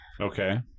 okay